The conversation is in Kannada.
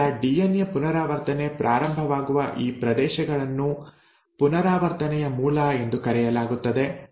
ಈಗ ಡಿಎನ್ಎ ಪುನರಾವರ್ತನೆ ಪ್ರಾರಂಭವಾಗುವ ಈ ಪ್ರದೇಶಗಳನ್ನು ಪುನರಾವರ್ತನೆಯ ಮೂಲ ಎಂದು ಕರೆಯಲಾಗುತ್ತದೆ